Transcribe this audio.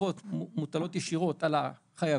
החובות מוטלות ישירות על החייבים,